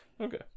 Okay